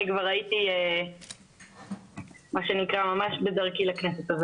אני כבר הייתי ממש בדרכי לכנסת.